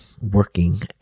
working